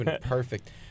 perfect